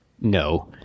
No